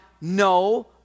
no